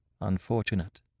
unfortunate